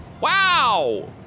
Wow